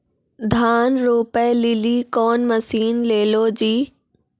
धान रोपे लिली कौन मसीन ले लो जी?